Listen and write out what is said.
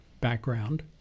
background